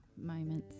moments